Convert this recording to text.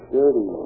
Dirty